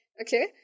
okay